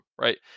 right